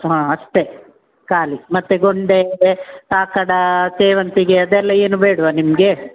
ಹಾಂ ಅಷ್ಟೆ ಖಾಲಿ ಮತ್ತೆ ಗೊಂಡೆ ಇದೆ ಕಾಕಡ ಸೇವಂತಿಗೆ ಅದೆಲ್ಲ ಏನು ಬೇಡವಾ ನಿಮಗೆ